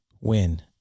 win